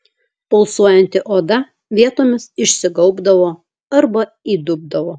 pulsuojanti oda vietomis išsigaubdavo arba įdubdavo